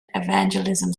evangelism